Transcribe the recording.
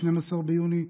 12 ביוני,